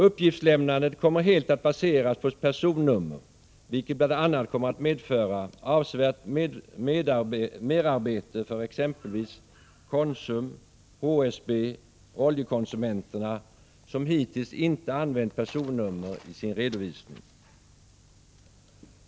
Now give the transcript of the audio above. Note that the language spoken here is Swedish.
Uppgiftslämnandet kommer helt att baseras på personnummer, vilket bl.a. kommer att medföra avsevärt merarbete för exempelvis Konsum, HSB och Oljekonsumenterna, som hittills inte använt personnummer i sin redovisning.